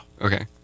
Okay